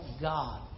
God